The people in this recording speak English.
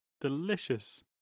delicious